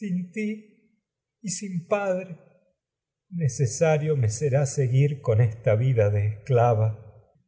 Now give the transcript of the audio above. esta sin padre necesario me será seguir con entre vida de esclava